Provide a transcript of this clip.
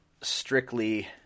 strictly